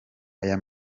aya